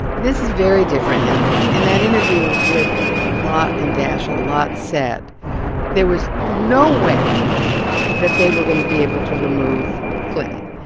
this is very different. and in that interview with lott and daschle, lott said there was no way that they were going to be able to remove clinton.